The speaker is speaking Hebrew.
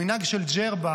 המנהג של ג'רבה,